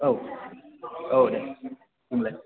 औ औ दे होम्बालाय